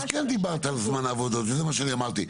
אז כן דיברת על זמן עבודות, שזה מה שאני אמרתי.